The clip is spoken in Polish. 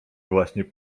właśnie